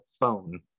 phone